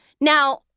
Now